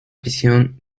prisión